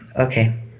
Okay